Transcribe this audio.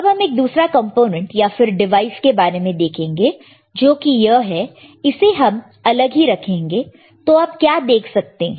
अब हम एक दूसरे कंपोनेंट या फिर डिवाइस के बारे में देखेंगे जो कि यह है इसे हम अलग ही रखेंगे तो आप क्या देख सकते हैं